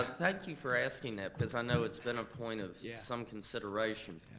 thank you for asking that, cause i know it's been a point of yeah some consideration.